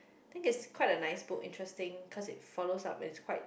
I think it's quite a nice book interesting cause it follows up and it's quite